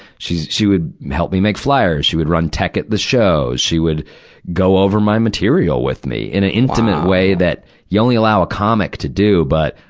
she's, she would help me make flyers. she would run tech at the show. she would go over my material with me, in an intimate way that you only allow a comic to do. but,